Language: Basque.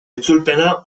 itzulpena